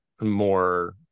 more